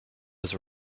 was